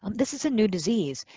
um this is a new disease.